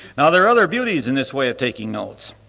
now there are other beauties in this way of taking notes.